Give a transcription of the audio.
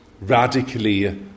radically